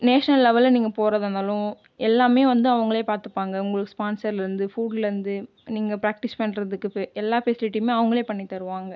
national லெவலில் நீங்கள் போகிறதா இருந்தாலும் எல்லாமே வந்து அவங்களே பார்த்துப்பாங்க உங்க ஸ்பான்ஸர்லேருந்து ஃபூட்லேருந்து நீங்கள் பிராக்ட்டிக்ஸ் பண்ணுறதுக்கு எல்லா ஃபெஸிலிட்டுமே அவங்களே பண்ணித் தருவாங்கள்